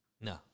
No